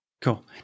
Cool